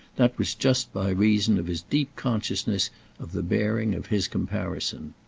that was just by reason of his deep consciousness of the bearing of his comparison.